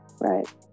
right